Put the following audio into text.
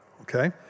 okay